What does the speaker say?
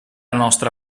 nostra